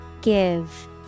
Give